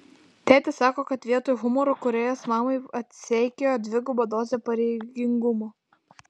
tėtis sako kad vietoj humoro kūrėjas mamai atseikėjo dvigubą dozę pareigingumo